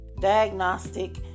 Diagnostic